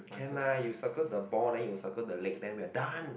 can lah you circle the ball then you circle the leg then we are done